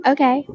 Okay